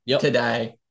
today